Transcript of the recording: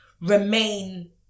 remain